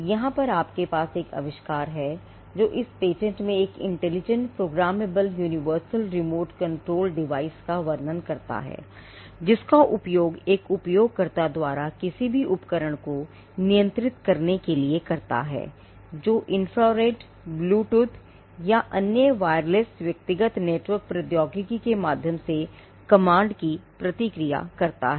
यहाँ आपके पास एक आविष्कार है जो इस पेटेंट में एक intelligent programmable universal remote control device की प्रतिक्रिया करता है